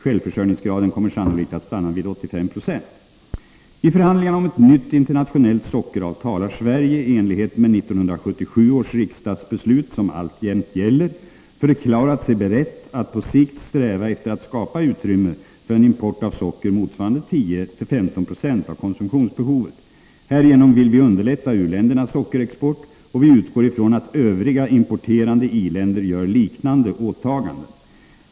Självförsörjningsgraden kommer sannolikt att stanna vid 85 96. I förhandlingarna om ett nytt internationellt sockeravtal har Sverige i enlighet med 1977 års riksdagsbeslut, som alltjämt gäller, förklarat sig berett att på sikt sträva efter att skapa utrymme för en import av socker motsvarande 10-15 96 av konsumtionsbehovet. Härigenom vill vi underlätta u-ländernas sockerexport, och vi utgår ifrån att övriga importerande i-länder gör liknande åtaganden.